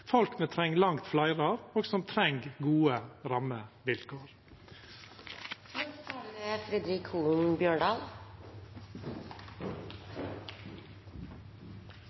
folk me treng langt fleire av, og som treng gode